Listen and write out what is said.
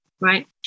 right